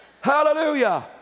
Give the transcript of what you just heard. Hallelujah